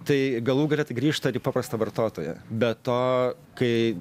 tai galų gale tai grįžta ir į paprastą vartotoją be to kai